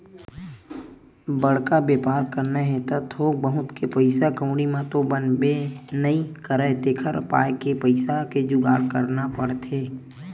बड़का बेपार करना हे त थोक बहुत के पइसा कउड़ी म तो बनबे नइ करय तेखर पाय के पइसा के जुगाड़ करना पड़थे